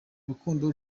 rukundo